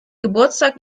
geburtstag